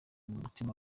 mutima